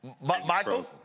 Michael